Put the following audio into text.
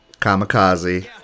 Kamikaze